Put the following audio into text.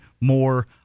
more